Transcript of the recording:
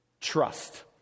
trust